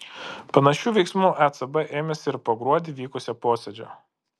panašių veiksmų ecb ėmėsi ir po gruodį vykusio posėdžio